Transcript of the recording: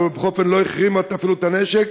בכל אופן לא החרימה אפילו את הנשק.